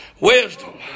Wisdom